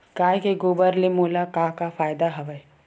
गाय के गोबर ले मोला का का फ़ायदा हवय?